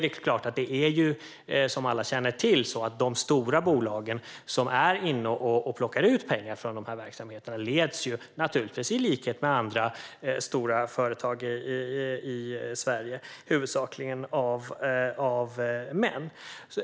Självklart är det så, vilket alla känner till, att de stora bolag som är inne och plockar ut pengar från dessa verksamheter naturligtvis - i likhet med andra stora företag i Sverige - huvudsakligen leds av män.